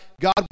God